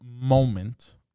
moment